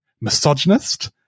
misogynist